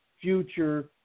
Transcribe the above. future